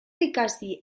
ikasi